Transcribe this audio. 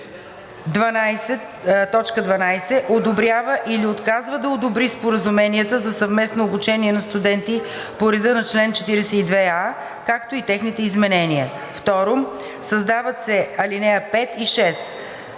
12: „12. одобрява или отказва да одобри споразуменията за съвместно обучение на студенти по реда на чл. 42а, както и техните изменения.“ 2. Създават се ал. 5 и 6: